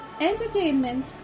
entertainment